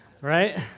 right